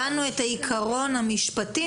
הבנו את העיקרון המשפטי,